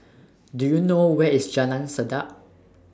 Do YOU know Where IS Jalan Sedap